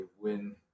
win